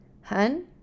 Hun